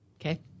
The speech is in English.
okay